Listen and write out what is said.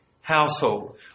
household